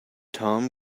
tom